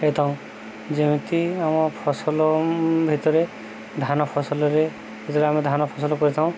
ହୋଇଥାଉ ଯେମିତି ଆମ ଫସଲ ଭିତରେ ଧାନ ଫସଲରେ ଭିତରେ ଆମେ ଧାନ ଫସଲ କରିଥାଉ